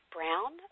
Brown